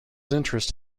interest